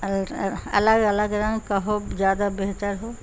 الگ الگ رنگ کا ہو زیادہ بہتر ہو